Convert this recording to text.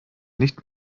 nicht